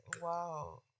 Wow